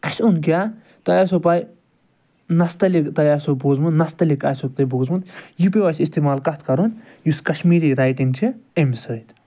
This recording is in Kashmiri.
اَسہِ اون کیٛاہ تۄہہِ آسیو پٕے نَستَلِق تۄہہِ آسیو بوٗزٕمُت نَستَلِق آسیو توہہِ بوٗزٕمُت یہِ پیو اَسہِ استعمال کَتھ کَرُن یُس کَشمیٖری ریٹِنٛگ چھِ أمۍ سۭتۍ